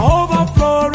overflow